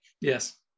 Yes